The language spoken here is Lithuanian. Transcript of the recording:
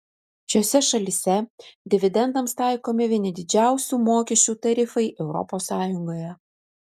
šiose šalyse dividendams taikomi vieni didžiausių mokesčių tarifai europos sąjungoje